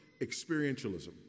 experientialism